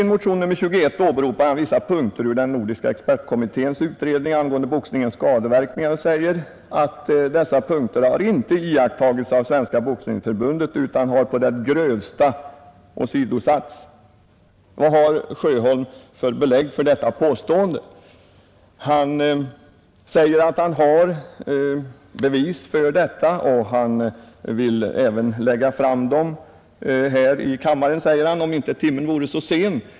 I motionen 21 åberopar han vissa punkter i den nordiska expertkommitténs utredning angående boxningens skadeverkningar och säger att dessa punkter inte iakttagits av Svenska boxningsförbundet utan har på det grövsta åsidosatts. Han säger att han har bevis för detta, och han vill även lägga fram dem här i kammaren, säger han, om inte timmen vore så sen.